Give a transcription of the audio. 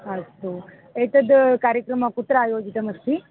अस्तु एतद् कार्यक्रमः कुत्र आयोजितमस्ति